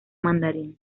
mandarín